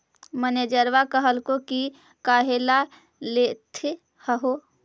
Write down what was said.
मैनेजरवा कहलको कि काहेला लेथ हहो?